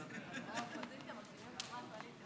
חבר הכנסת נפתלי בנט.